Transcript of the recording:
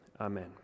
Amen